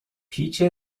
پیچ